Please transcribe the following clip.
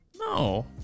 No